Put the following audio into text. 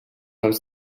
alts